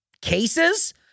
cases